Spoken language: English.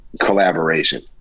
collaboration